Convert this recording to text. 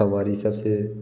हमारी सब से